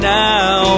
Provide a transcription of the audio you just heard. now